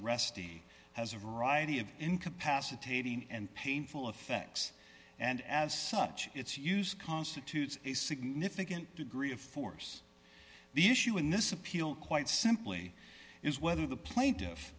arrestee has a variety of incapacitating and painful effects and as such its use constitutes a significant degree of force the issue in this appeal quite simply is whether the pla